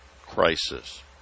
crisis